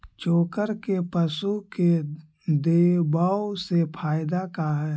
चोकर के पशु के देबौ से फायदा का है?